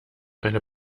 eine